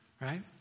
Right